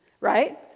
right